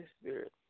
Spirit